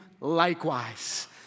likewise